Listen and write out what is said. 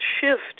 shift